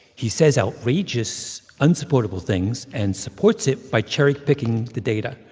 he says outrageous, unsupportable things and supports it by cherry-picking the data.